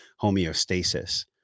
homeostasis